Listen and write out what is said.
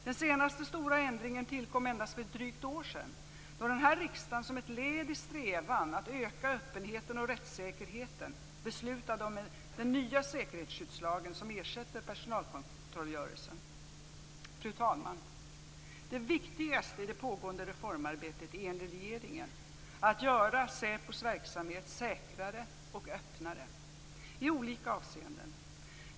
Den senaste stora ändringen tillkom för endast drygt ett år sedan då riksdagen som ett led i strävan att öka öppenheten och rättssäkerheten beslutade om den nya säkerhetsskyddslagen som ersätter personalkontrollkungörelsen. Fru talman! Det viktigaste i det pågående reformarbetet är enligt regeringen att göra SÄPO:s verksamhet säkrare och öppnare i olika avseenden.